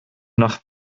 nach